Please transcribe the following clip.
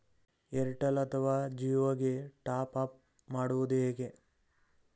Airtel ಅಥವಾ ಜಿಯೊ ಗೆ top up ಮಾಡುವುದು ಹೇಗೆ?